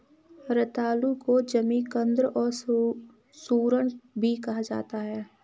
रतालू को जमीकंद और सूरन भी कहा जाता है